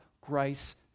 grace